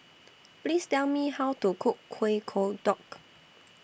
Please Tell Me How to Cook Kueh Kodok